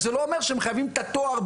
וזה לא אומר שהם חייבים את התואר.